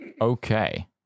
Okay